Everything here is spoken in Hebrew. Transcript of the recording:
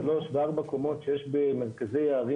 שלוש וארבע קומות שיש במרכזי הערים